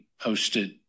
posted